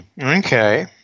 okay